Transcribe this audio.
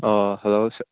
hello